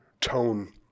tone